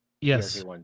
Yes